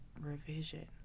revision